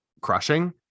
crushing